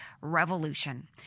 revolution